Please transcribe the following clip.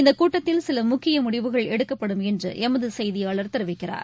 இந்த கூட்டத்தில் சில முக்கிய முடிவுகள் எடுக்கப்படும் என்று எமது செய்தியாளர் தெரிவிக்கிறார்